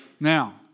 Now